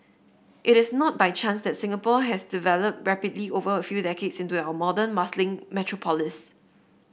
it is not by chance that Singapore has developed rapidly over a few decades into our modern muscling metropolis